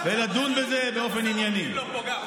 זה לא מעט.